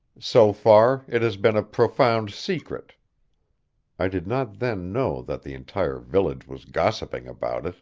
so far it has been a profound secret i did not then know that the entire village was gossiping about it